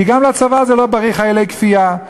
כי גם לצבא לא בריא חיילי כפייה.